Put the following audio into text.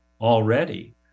already